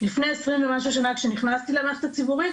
לפני עשרים ומשהו שנה כשנכנסתי למערכת הציבורית